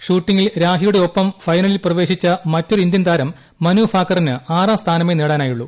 ഷൂട്ടിംഗിൽ രാഹിയുടെ ഒപ്പം ഫൈനലിൽ പ്രവേശിച്ച മറ്റൊരു ഇന്ത്യൻ താരം മനു ഭാക്കറിന് ആറാം സ്ഥാനമേ നേടാനായുള്ളു